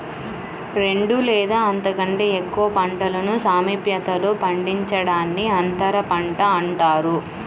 రెండు లేదా అంతకంటే ఎక్కువ పంటలను సామీప్యతలో పండించడాన్ని అంతరపంట అంటారు